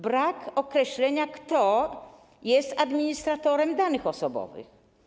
Brak określenia, kto jest administratorem danych osobowych.